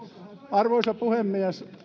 arvoisa puhemies